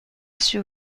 sur